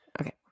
Okay